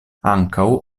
ankaŭ